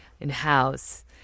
In-house